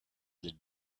the